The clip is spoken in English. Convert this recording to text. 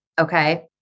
Okay